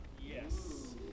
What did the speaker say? Yes